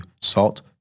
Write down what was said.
Salt